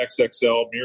XXL